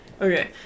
Okay